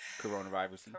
Coronavirus